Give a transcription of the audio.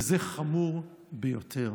וזה חמור ביותר.